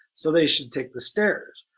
so they should take the stairs.